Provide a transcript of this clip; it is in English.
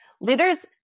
Leaders